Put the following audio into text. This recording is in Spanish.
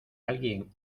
alguien